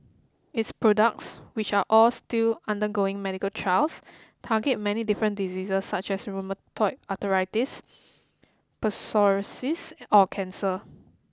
its products which are all still undergoing medical trials target many different diseases such as rheumatoid arthritis psoriasis or cancer